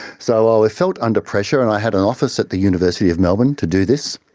so i felt under pressure, and i had an office at the university of melbourne to do this,